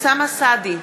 אוסאמה סעדי,